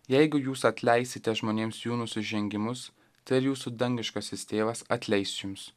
jeigu jūs atleisite žmonėms jų nusižengimus tai ir jūsų dangiškasis tėvas atleis jums